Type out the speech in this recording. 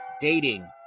dating